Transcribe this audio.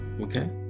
Okay